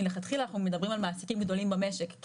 מלכתחילה אנחנו מדברים על מעסיקים גדולים במשק.